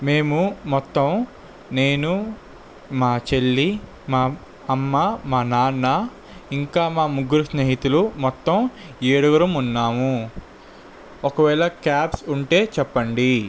మేము మొత్తం నేను మా చెల్లి మా అమ్మ మా నాన్న ఇంకా మా ముగ్గురు స్నేహితులు మొత్తం ఏడుగురుం ఉన్నాము ఒకవేళ క్యాబ్స్ ఉంటే చెప్పండి